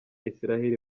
israel